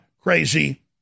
crazy